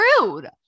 rude